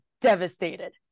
devastated